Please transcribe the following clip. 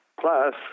plus